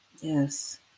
Yes